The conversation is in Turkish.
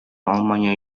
almanya